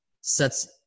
sets